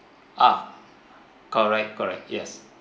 ah correct correct yes